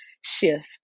shift